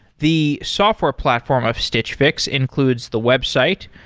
the software platform of stitch fix includes the website,